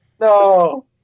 No